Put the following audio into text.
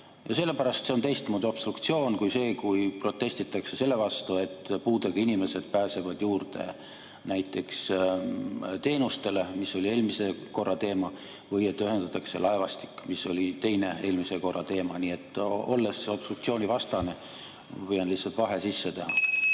Ja sellepärast see on teistmoodi obstruktsioon kui see, kui protestitakse selle vastu, et puudega inimesed pääsevad juurde näiteks teenustele, mis oli eelmise korra teema, või et ühendatakse laevastik, mis oli teine eelmise korra teema. Nii et olles obstruktsiooni vastane ma püüan lihtsalt vahe sisse teha.